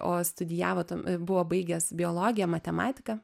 o studijavo tam buvo baigęs biologiją matematiką